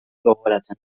gogoratzen